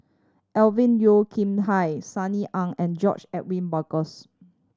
Alvin Yeo Khirn Hai Sunny Ang and George Edwin Bogaars